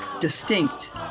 distinct